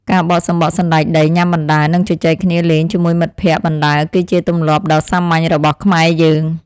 ការបកសំបកសណ្តែកដីញ៉ាំបណ្តើរនិងជជែកគ្នាលេងជាមួយមិត្តភក្តិបណ្តើរគឺជាទម្លាប់ដ៏សាមញ្ញរបស់ខ្មែរយើង។